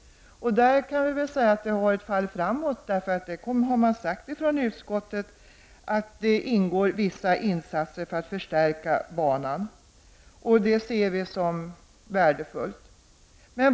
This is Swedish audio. I denna fråga kan man säga att det har gått framåt, eftersom utskottet har sagt att det blir aktuellt med vissa insatser för att förstärka banan. Vi ser detta som värdefullt.